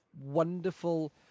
wonderful